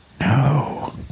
No